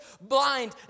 blind